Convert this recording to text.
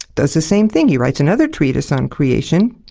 does the same thing. he writes another treatise on creation,